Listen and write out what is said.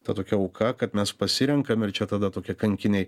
ta tokia auka kad mes pasirenkam ir čia tada tokie kankiniai